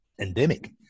endemic